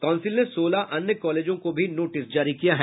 council ने सोलह अन्य कॉलेजों को भी नोटिस जारी किया है